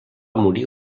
morir